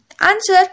Answer